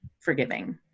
forgiving